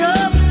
up